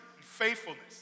faithfulness